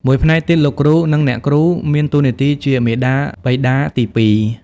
មួយផ្នែកទៀតលោកគ្រូនិងអ្នកគ្រូមានតួនាទីជាមាតាបិតាទីពីរ។